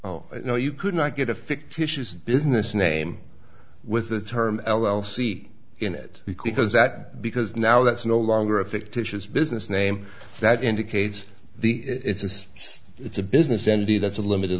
know you could not get a fictitious business name with the term l l c in it because that because now that's no longer a fictitious business name that indicates the it's just it's a business entity that's a limited